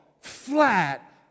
flat